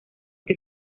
que